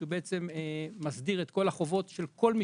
והוא מסדיר את כל החובות של כל מי